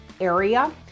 area